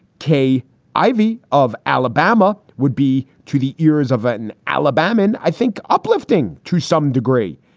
kay ivey of alabama would be to the ears of vatten alabaman, i think, uplifting to some degree.